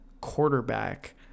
quarterback